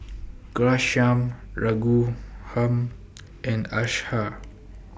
Ghanshyam Raghuram and Akshay